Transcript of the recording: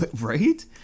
Right